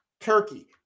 Turkey